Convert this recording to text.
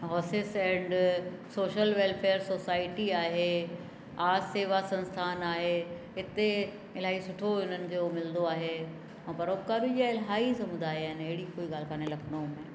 houses and social welfare society आहे आज शेवा संस्थान आहे हिते इलाही सुठो हिननि खे उहो मिलंदो आहे ऐं परोपकारी जा इलाही समुदाय आहिनि अहिड़ी कोई ॻाल्हि कोन्हे लखनऊ में